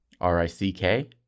R-I-C-K